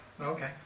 Okay